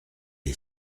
est